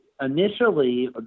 Initially